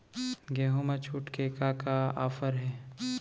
गेहूँ मा छूट के का का ऑफ़र हे?